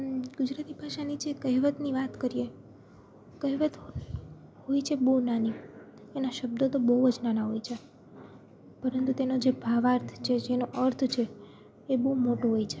ગુજરાતી ભાષાની જે કહેવતની વાત કરીએ કહેવત હોય છે બહુ નાની એના શબ્દો તો બહુ જ નાના હોય છે પરંતુ તેનો જે ભાવાર્થ છે જે એનો અર્થ છે એ બહુ મોટો હોય છે